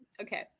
Okay